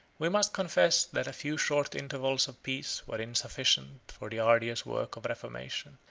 we must confess that a few short intervals of peace were insufficient for the arduous work of reformation.